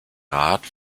rat